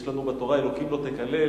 יש לנו בתורה, אלוהים לא תקלל.